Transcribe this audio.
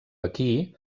aquí